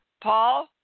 Paul